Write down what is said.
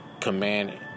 command